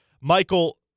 Michael